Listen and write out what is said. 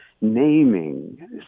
naming